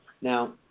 Now